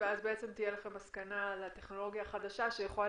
ואז תהיה לכם מסקנה על הטכנולוגיה החדשה שיכולה